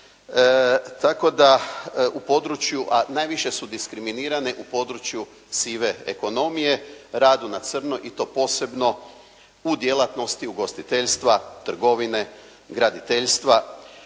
tako da u području, a najviše su diskriminirane u području sive ekonomije, radu na crno i to posebno u djelatnosti ugostiteljstva, trgovine, graditeljstva,